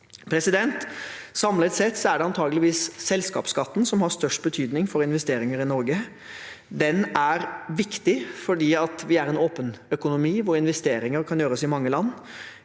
andre land. Samlet sett er det antakelig selskapsskatten som har størst betydning for investeringer i Norge. Den er viktig fordi vi er en åpen økonomi hvor investeringer kan gjøres i mange land.